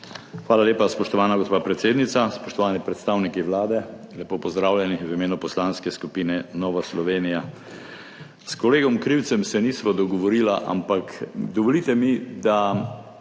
Hvala lepa, spoštovana gospa predsednica. Spoštovani predstavniki Vlade, lepo pozdravljeni v imenu Poslanske skupine Nova Slovenija! S kolegom Krivcem se nisva dogovorila, ampak dovolite mi, da